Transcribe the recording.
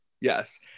Yes